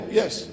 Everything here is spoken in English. yes